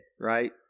right